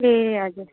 ए हजुर